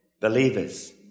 believers